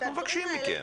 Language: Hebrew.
אנחנו מבקשים מכם.